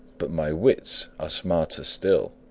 but my wits are smarter still.